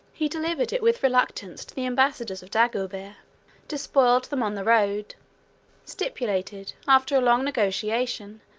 he delivered it with reluctance to the ambassadors of dagobert despoiled them on the road stipulated, after a long negotiation,